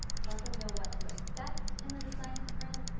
let them know what to expect in the design sprint,